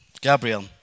Gabriel